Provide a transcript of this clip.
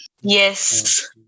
Yes